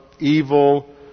evil